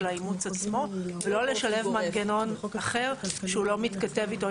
האימוץ עצמו ולא לשלב מנגנון אחר שהוא לא מתכתב איתו.